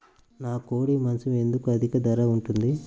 నాకు కోడి మాసం ఎందుకు అధిక ధర ఉంటుంది?